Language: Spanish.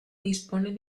dispone